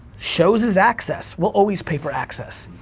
shows is access, we'll always pay for access.